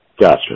Gotcha